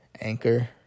Anchor